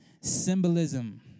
symbolism